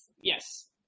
Yes